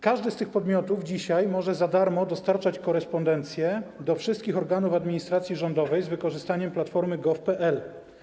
Każdy z tych podmiotów dzisiaj może za darmo dostarczać korespondencję do wszystkich organów administracji rządowej z wykorzystaniem platformy gov.pl.